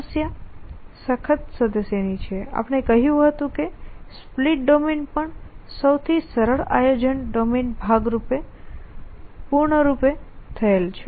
સમસ્યા સખત સદસ્યની છે આપણે કહ્યું હતું કે સ્પ્લિટ ડોમેન પણ સૌથી સરળ આયોજન ડોમેન ભાગરૂપે પૂર્ણરૂપે પૂર્ણ થયેલ છે